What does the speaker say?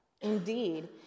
Indeed